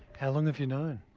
how long have you known?